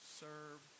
serve